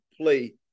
play